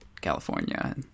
California